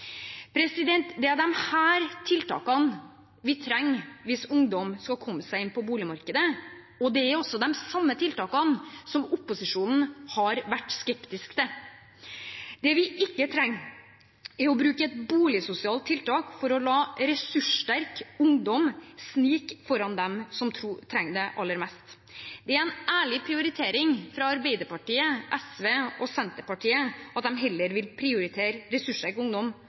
Det er disse tiltakene vi trenger hvis ungdom skal komme seg inn på boligmarkedet. Det er de samme tiltakene som opposisjonen har vært skeptisk til. Det vi ikke trenger, er å bruke et boligsosialt tiltak for å la ressurssterk ungdom snike foran dem som trenger det aller mest. Det er en ærlig prioritering fra Arbeiderpartiet, SV og Senterpartiet at de heller vil prioritere ressurssterk ungdom